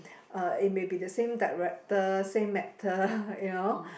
uh it may be the same director same matter you know